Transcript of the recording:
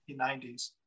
1990s